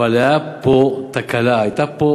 אבל הייתה פה תקלה, היה פה